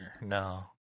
No